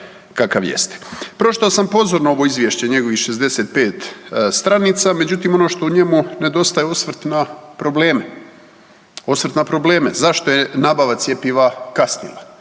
kakva jeste. Pročitao sam pozorno ovo izvješće njegovih 65 stranica, međutim ono što u njemu nedostaje osvrt na probleme, osvrt na probleme. Zašto je nabava cjepiva kasnila?